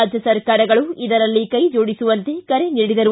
ರಾಜ್ಯ ಸರ್ಕಾರಗಳು ಇದರಲ್ಲಿ ಕೈಗೊಡಿಸುವಂತೆ ಕರೆ ನೀಡಿದರು